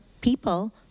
people